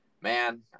man